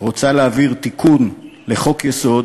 שרוצה להעביר תיקון לחוק-יסוד